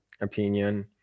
opinion